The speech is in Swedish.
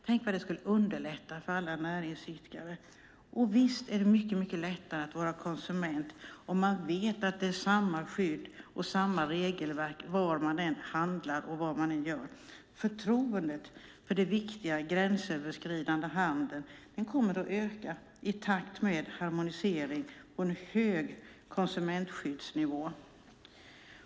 Tänk vad det skulle underlätta för alla näringsidkare! Och visst är det mycket lättare att vara konsument om man vet att det är samma skydd och samma regelverk var man än handlar. Förtroendet för den viktiga gränsöverskridande handeln kommer att öka i takt med harmonisering på en hög konsumentskyddsnivå.